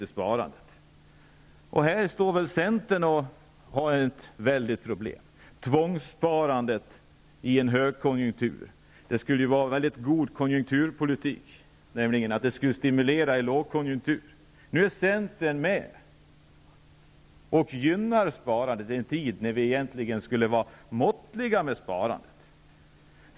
I det här sammanhanget har centern ett stort problem. Att införa tvångssparandet under en högkonjunktur skulle ju vara en väldigt god konjunkturpolitik, dvs. tvångssparandet skulle utgöra en stimulans under lågkonjunktur. Nu är centern med på att gynna sparande i en tid då man egentligen skall vara måttlig med sparandet.